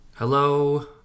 Hello